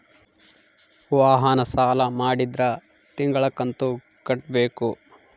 ವಾಹನ ಸಾಲ ಮಾಡಿದ್ರಾ ತಿಂಗಳ ಕಂತು ಕಟ್ಬೇಕು